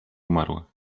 umarła